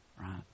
Right